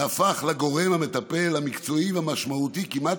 והפך לגורם המטפל המקצועי והמשמעותי כמעט